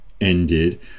ended